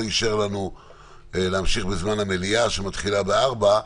אישר לנו להמשיך בזמן המליאה שמתחילה ב-16:00,